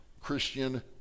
Christian